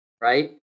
right